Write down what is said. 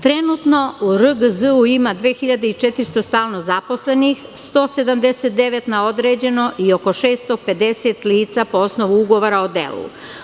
Trenutno u RGZ ima 2.400 stalno zaposlenih, 179 na određeno i oko 650 lica po osnovu ugovora o delu.